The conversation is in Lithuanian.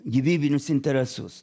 gyvybinius interesus